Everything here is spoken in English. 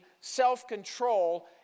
self-control